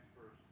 first